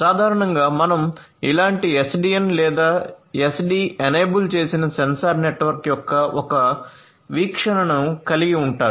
సాధారణంగా మనం ఇలాంటి SDN లేదా SD ఎనేబుల్ చేసిన సెన్సార్ నెట్వర్క్ యొక్క ఒక వీక్షణను కలిగి ఉంటారు